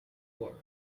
for